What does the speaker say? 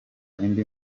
indi